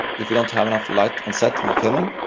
if you don't have enough light on set when filming,